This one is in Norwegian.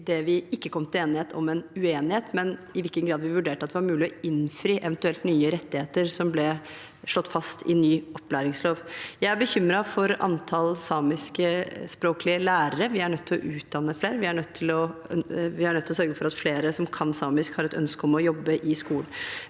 ikke egentlig om en uenighet, men om i hvilken grad vi vurderte at det var mulig å innfri eventuelle nye rettigheter som ble slått fast i ny opplæringslov. Jeg er bekymret for antallet samiskspråklige lærere. Vi er nødt til å utdanne flere. Vi er nødt til å sørge for at flere som kan samisk, har et ønske om å jobbe i skolen.